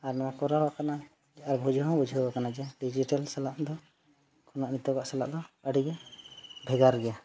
ᱟᱨ ᱱᱚᱣᱟ ᱠᱚᱨᱟᱣ ᱟᱠᱟᱱᱟ ᱟᱨ ᱵᱩᱡᱷᱟᱹᱣ ᱦᱚᱸ ᱵᱩᱡᱷᱟᱹᱣ ᱟᱠᱟᱱᱟ ᱡᱮ ᱰᱤᱡᱤᱴᱮᱞ ᱥᱟᱞᱟᱜ ᱫᱚ ᱠᱷᱚᱱᱟᱜ ᱱᱤᱛᱚᱜᱟᱜ ᱥᱟᱞᱟᱜ ᱫᱚ ᱟᱹᱰᱤᱜᱮ ᱵᱷᱮᱜᱟᱨ ᱜᱮᱭᱟ